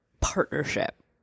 partnership